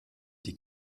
die